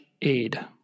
aid